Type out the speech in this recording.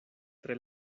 tre